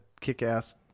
kick-ass